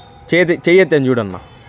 చేతి చెయ్యి ఎత్తాను చూడన్నా